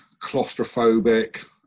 claustrophobic